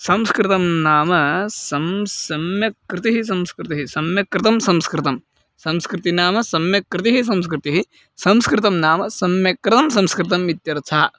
संस्कृतं नाम सं सम्यक् कृतिः संस्कृतिः सम्यक् कृतं संस्कृतं संस्कृति नाम सम्यक् कृतिः संस्कृतिः संस्कृतं नाम सम्यक् कृतं संस्कृतम् इत्यर्थः